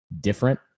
different